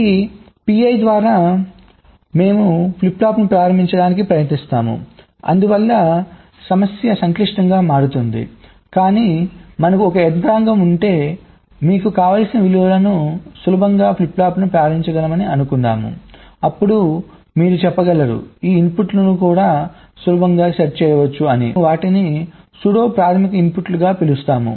ఈ PI ద్వారా మేము ఫ్లిప్ ఫ్లాప్లను ప్రారంభించడానికి ప్రయత్నిస్తాము అందువల్ల సమస్య సంక్లిష్టంగా మారుతుంది కానీ మనకు ఒక యంత్రాంగం ఉంటే మీకు కావలసిన విలువకు సులభంగా ఫ్లిప్ ఫ్లాప్లను ప్రారంభించగలమని అనుకుందాం అప్పుడు మీరు చెప్పగలరు ఈ ఇన్పుట్లను కూడా సులభంగా సెట్ చేయవచ్చు అని మేము వాటిని సుడో ప్రాధమిక ఇన్పుట్లుగా పిలుస్తాము